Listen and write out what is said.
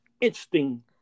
interesting